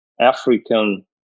African